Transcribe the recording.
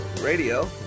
Radio